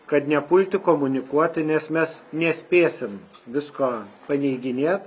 kad nepulti komunikuoti nes mes nespėsim visko paneiginėt